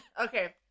Okay